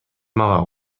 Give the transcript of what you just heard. мага